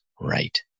right